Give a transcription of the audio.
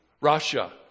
Russia